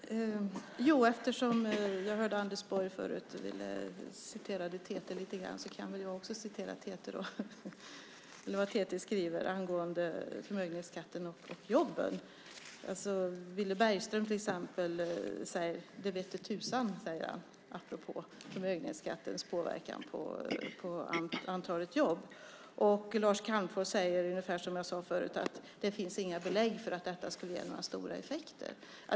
Fru talman! Eftersom jag hörde Anders Borg ta upp vad TT skriver kan väl jag också ta upp vad TT skriver angående förmögenhetsskatten och jobben. Apropå förmögenhetsskattens påverkan på antalet jobb säger till exempel Villy Bergström: Det vete tusan. Lars Calmfors säger ungefär som jag sade förut: Det finns inga belägg för att detta skulle ge några stora effekter.